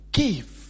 give